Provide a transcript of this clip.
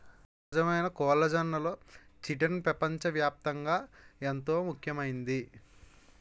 సహజమైన కొల్లిజన్లలో చిటిన్ పెపంచ వ్యాప్తంగా ఎంతో ముఖ్యమైంది